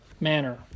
manner